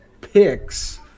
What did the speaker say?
picks